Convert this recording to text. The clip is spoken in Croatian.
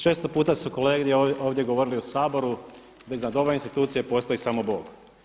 Često puta su kolege ovdje govorili u Saboru da iznad ove institucije postoji samo Bog.